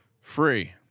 free